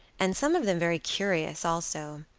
and some of them very curious also.